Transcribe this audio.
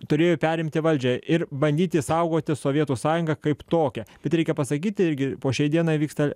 turėjo perimti valdžią ir bandyti išsaugoti sovietų sąjungą kaip tokią bet reikia pasakyti irgi po šiai dienai vyksta